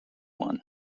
one